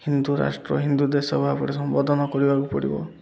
ହିନ୍ଦୁ ରାଷ୍ଟ୍ର ହିନ୍ଦୁ ଦେଶ ଭାବରେ ସମ୍ବୋଧନ କରିବାକୁ ପଡ଼ିବ